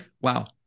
Wow